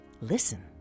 Listen